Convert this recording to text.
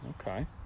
okay